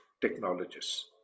technologists